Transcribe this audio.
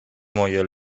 moje